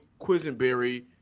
Quisenberry